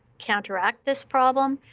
counteract this problem,